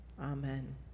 Amen